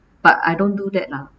but I don't do that lah